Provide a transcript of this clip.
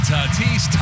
Tatis